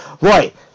Right